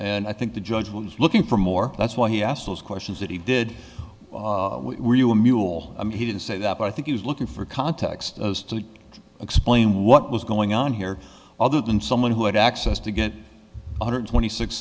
and i think the judge was looking for more that's why he asked those questions that he did were you a mule i mean he didn't say that but i think he was looking for context as to explain what was going on here other than someone who had access to get one hundred twenty six